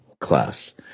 class